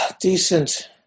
Decent